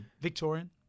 Victorian